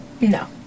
No